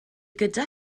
gyda